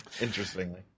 interestingly